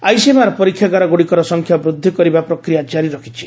ICMR ପରୀକ୍ଷାଗାର ଗୁଡ଼ିକର ସଂଖ୍ୟା ବୃଦ୍ଧି କରିବା ପ୍ରକ୍ରିୟା କାରି ରଖିଛି